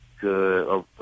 good